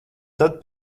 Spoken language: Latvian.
tad